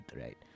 right